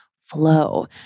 flow